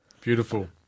Beautiful